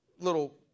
little